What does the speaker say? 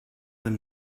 them